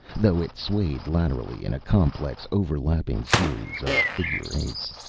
though it swayed laterally in a complex, overlapping series of figure-eights.